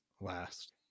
last